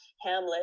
Hamlet